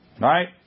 Right